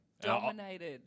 Dominated